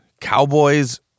Cowboys